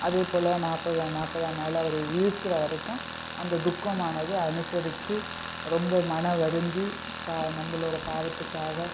அதேப் போல நாற்பதா நாற்பதாம் நாள் அவர் உயிர்க்கிற வரைக்கும் அந்த துக்கமானது அனுசரித்து ரொம்ப மனம் வருந்தி பா நம்மளோடய பாவத்துக்காக